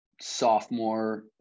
sophomore